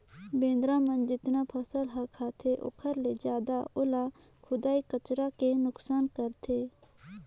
बेंदरा मन जेतना फसल ह खाते ओखर ले जादा ओला खुईद कचर के नुकनास करथे